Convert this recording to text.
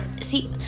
see